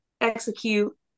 execute